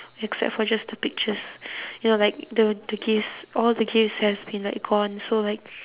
except for just the pictures you know like the the gifts all the gifts has been like gone so like